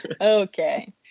Okay